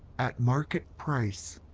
at market price.